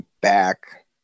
back